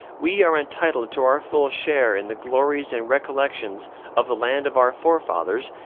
we are entitled to our full share in the glories and recollections of the land of our forefathers,